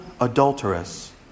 adulteress